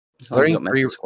Three